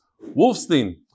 Wolfstein